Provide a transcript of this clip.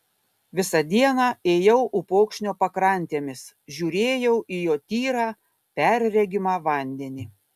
visą dieną ėjau upokšnio pakrantėmis žiūrėjau į jo tyrą perregimą vandenį